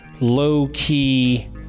low-key